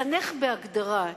מחנך בהגדרה,